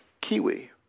Kiwi